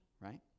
Right